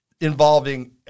involving